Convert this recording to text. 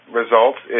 results